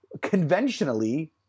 conventionally